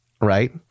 right